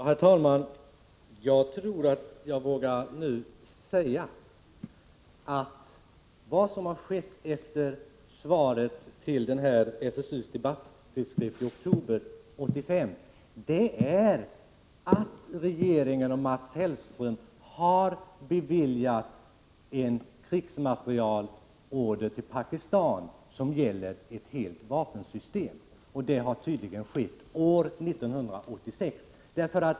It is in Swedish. Herr talman! Jag tror att jag nu vågar säga att vad som har skett efter svaret i SSU:s debattidskrift i oktober 1985 är att regeringen och Mats Hellström har godkänt en order på krigsmateriel i form av ett helt vapensystem att levereras till Pakistan, och detta har tydligen skett år 1986.